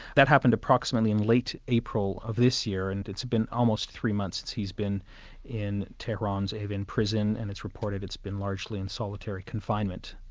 that happened approximately in late april of this year and it's been almost three months he's been in tehran's evin prison, and it's reported it's been largely in solitary confinement.